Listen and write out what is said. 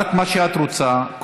אמרת מה שאת רוצה.